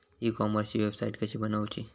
E कॉमर्सची website कशी बनवची?